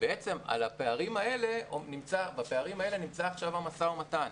בפערים האלה נמצא עכשיו המשא-ומתן.